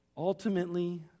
Ultimately